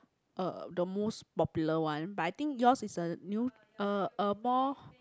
uh the most popular one but I think yours is a new a a more